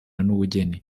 n’ubugeni